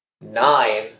nine